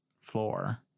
floor